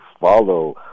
follow